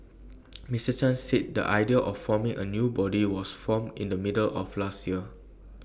Mr chan said the idea of forming A new body was formed in the middle of last year